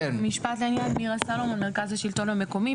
אני מהמרכז לשלטון מקומי.